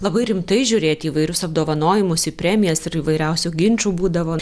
labai rimtai žiūrėti į įvairius apdovanojimus į premijas ir įvairiausių ginčų būdavo